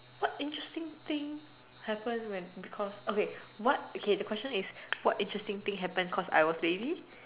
what interesting thing happen when because okay what okay the question is what interesting thing happen because I was lazy